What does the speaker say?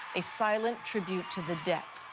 a silent tribute to the dead.